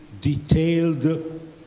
detailed